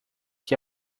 que